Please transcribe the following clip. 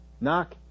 Knock